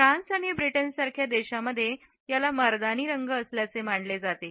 France आणि ब्रिटनसारख्या देशांमध्ये याला मर्दानी रंग असल्याचे मानले जाते